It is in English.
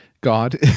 God